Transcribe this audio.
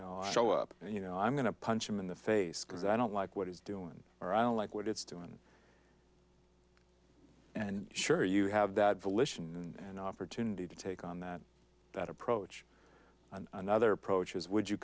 know show up you know i'm going to punch him in the face because i don't like what he's doing or i don't like what it's doing and sure you have that volition and offer to need to take on that that approach and another approach is would you